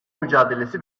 mücadelesi